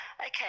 Okay